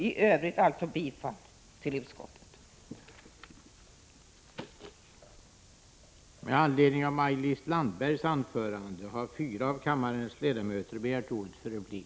I övrigt yrkar jag alltså bifall till utskottets hemställan.